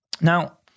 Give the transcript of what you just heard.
Now